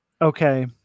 Okay